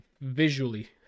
visually